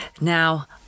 Now